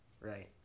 right